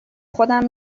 خودم